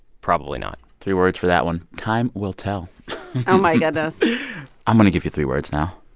probably not three words for that one time will tell oh, my goodness i'm going to give you three words now.